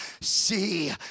See